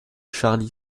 charlie